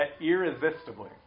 irresistibly